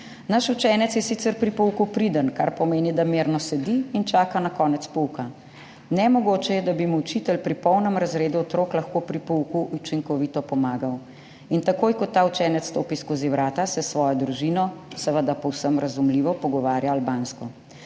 Naš učenec je sicer pri pouku priden, kar pomeni, da mirno sedi – in čaka na konec pouka. Nemogoče je, da bi mu učitelj pri polnem razredu otrok lahko pri pouku učinkovito pomagal. In takoj ko ta učenec stopi skozi vrata, se s svojo družino, seveda povsem razumljivo, pogovarja albansko.